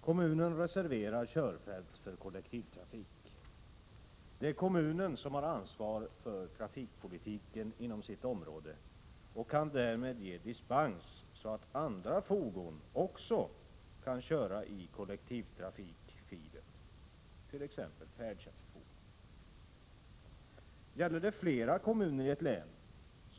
Kommunen reserverar körfält för kollektivtrafik. Det är kommunen som har ansvar för trafikpolitiken inom sitt område och därmed kan ge dispens så att andra fordon kan köra i kollektivtrafikfilen, t.ex. färdtjänstfordon. Gäller det flera kommuner i ett län,